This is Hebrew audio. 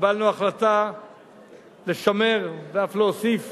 קיבלנו החלטה לשמר, ואף להוסיף